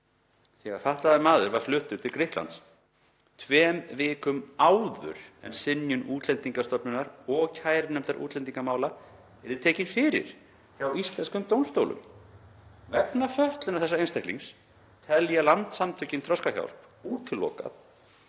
þegar fatlaður maður var fluttur til Grikklands tveimur vikum áður en synjun Útlendingastofnunar og kærunefndar útlendingamála yrði tekin fyrir hjá íslenskum dómstólum. Vegna fötlunar þessa einstaklings telja Landssamtökin Þroskahjálp útilokað